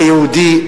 כיהודי,